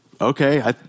Okay